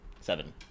Seven